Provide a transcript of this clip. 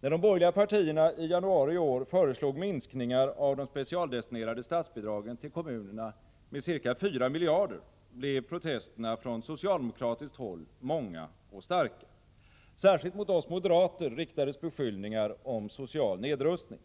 När de borgerliga partierna i januari i år föreslog minskningar av de specialdestinerade statsbidragen till kommunerna med ca 4 miljarder blev protesterna från socialdemokratiskt håll många och starka. Särskilt mot oss moderater riktades beskyllningar om social nedrustning.